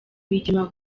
rwigema